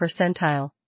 percentile